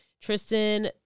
Tristan